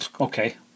Okay